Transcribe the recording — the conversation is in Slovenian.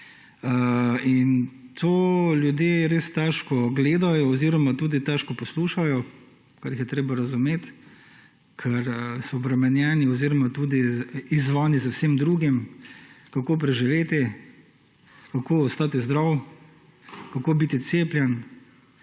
ne. To ljudje res težko gledajo oziroma tudi težko poslušajo, kar jih je treba razumeti, ker so obremenjeni oziroma tudi izzvani z vsem drugim, kako preživeti, kako ostati zdrav, kako biti cepljen,